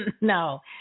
no